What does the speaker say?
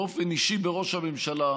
ובאופן אישי בראש הממשלה,